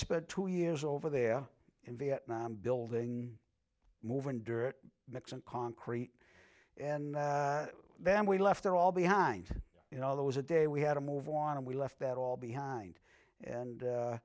spent two years over there in vietnam building move in dirt mix and concrete and then we left there all behind you know that was a day we had to move on and we left that all behind and